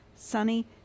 sunny